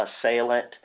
assailant